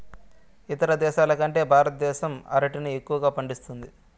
ఇతర దేశాల కంటే భారతదేశం అరటిని ఎక్కువగా పండిస్తుంది